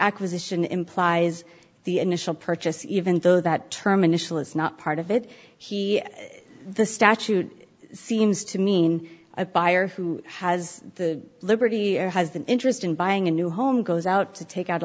acquisition implies the initial purchase even though that term initial is not part of it he the statute seems to mean a buyer who has the liberty air has an interest in buying a new home goes out to take out a